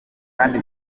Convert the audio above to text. kandi